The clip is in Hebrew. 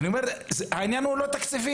אני אומר, העניין הוא לא תקציבים.